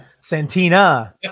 santina